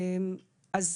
אני